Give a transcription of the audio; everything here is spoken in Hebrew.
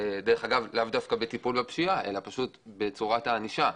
לאו דווקא בטיפול בפשיעה אלא פשוט בצורת הענישה.